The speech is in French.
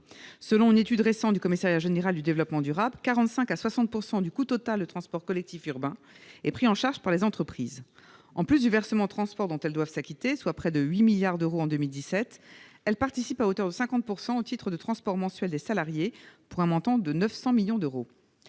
Selon une étude récente du Commissariat général au développement durable, 45 % à 60 % du coût total du transport collectif urbain est pris en charge par les entreprises : en plus du versement transport dont elles doivent s'acquitter, soit près de 8 milliards d'euros en 2017, elles participent à hauteur de 50 % au titre de transport mensuel des salariés, pour un montant de 900 millions d'euros.